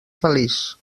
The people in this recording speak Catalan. feliç